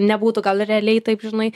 nebūtų gal realiai taip žinai